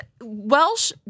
Welsh